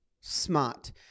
Smart